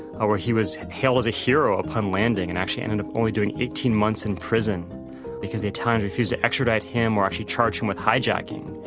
ah he was hailed as a hero upon landing and actually ended up only doing eighteen months in prison because the italians refused to extradite him or actually charge him with hijacking.